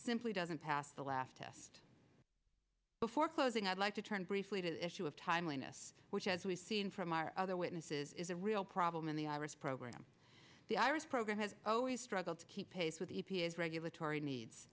simply doesn't pass the laugh test before closing i'd like to turn briefly to issue of timeliness which as we've seen from our other witnesses is a real problem in the iris program the iris program has always struggled to keep pace with the e p a s regulatory needs